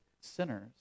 sinners